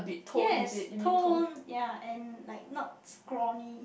yes tone ya and like not scrawny